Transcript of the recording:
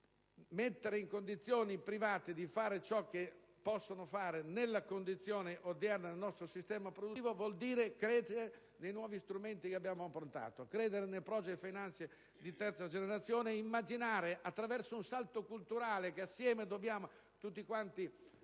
Mettere in condizione i privati di fare ciò che possono fare nell'attuale condizione del nostro sistema produttivo vuol dire credere nei nuovi strumenti che abbiamo approntato, credere nel *project financing* di terza generazione ed immaginare, attraverso un salto culturale che tutti insieme dobbiamo compiere,